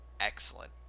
excellent